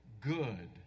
good